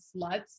sluts